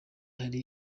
hari